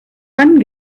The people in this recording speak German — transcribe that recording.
wann